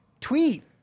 tweet